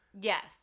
Yes